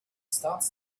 starts